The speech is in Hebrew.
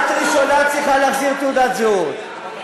את הראשונה שצריכה להחזיר את תעודת הזהות.